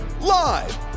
live